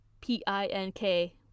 P-I-N-K